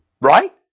right